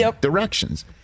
directions